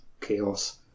chaos